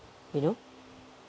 you know